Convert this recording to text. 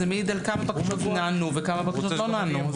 זה מעיד על כמה בקשות נענו וכמה בקשות לא נענו.